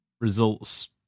results